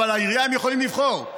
אבל לעירייה הם יכולים לבחור.